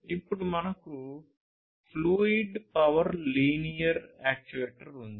ఇప్పుడు మనకు fluid power linear actuator ఉంది